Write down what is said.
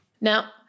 Now